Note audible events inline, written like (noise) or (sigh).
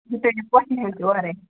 (unintelligible) تُہۍ أنِو پوشہِ نِۂلۍ تہِ اورَے